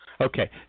Okay